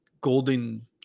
golden